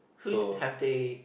who have they